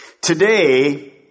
Today